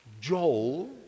Joel